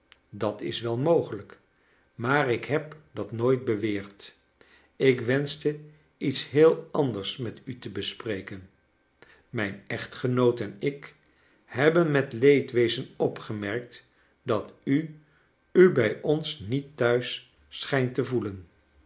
dat is wel mogelijk maar ik heb dat nooit beweerd ik wenschte iets heel anders met u te bespreken mijn echtgenoot en ik hebben met leedwezen opgemerkt dat u u bij ons niet thuis schijnt te voelen